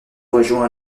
rejoint